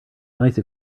nice